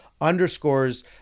underscores